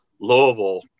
Louisville